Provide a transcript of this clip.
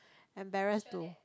embarrassed to